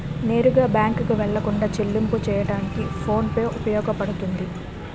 నేరుగా బ్యాంకుకు వెళ్లకుండా చెల్లింపు చెయ్యడానికి ఫోన్ పే ఉపయోగపడుతుంది